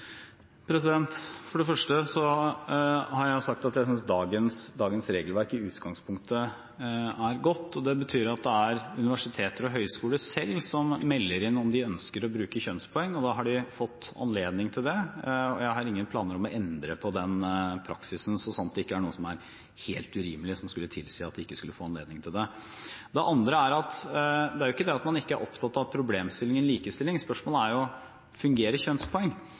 For det første har jeg sagt at jeg synes dagens regelverk i utgangspunktet er godt, og det betyr at det er universiteter og høyskoler selv som melder inn om de ønsker å bruke kjønnspoeng. Det har de fått anledning til, og jeg har ingen planer om å endre på den praksisen, så sant det ikke er noe som er helt urimelig som skulle tilsi at de ikke skulle få anledning til det. Det andre er at det er ikke det at man ikke er opptatt av problemstillingen «likestilling». Spørsmålet er: Fungerer kjønnspoeng? Det kan fungere